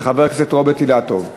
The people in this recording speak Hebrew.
של חבר הכנסת רוברט אילטוב.